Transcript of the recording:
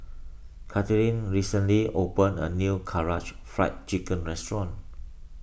Katelynn recently opened a new Karaage Fried Chicken restaurant